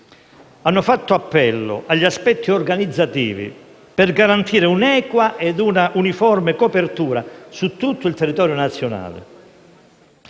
hanno fatto appello agli aspetti organizzativi per garantire un'equa e uniforme copertura su tutto il territorio nazionale.